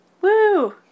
Woo